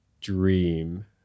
dream